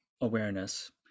awareness